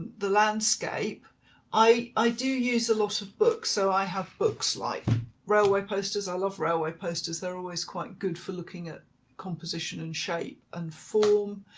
the landscape i do use a lot of books so i have books like railway posters, i love railway posters, they're always quite good for looking at composition and shape and form,